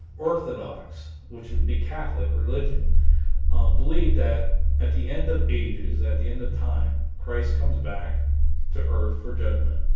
orthodox which would be catholic religion believed that at the end of ages at the end of time christ comes back to earth for judgment